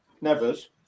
Nevers